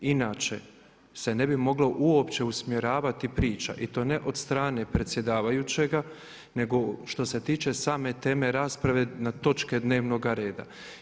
Inače se ne bi moglo uopće usmjeravati priča i to ne od strane predsjedavajućega nego što se tiče same teme rasprave na točke dnevnoga reda.